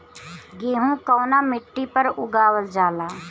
गेहूं कवना मिट्टी पर उगावल जाला?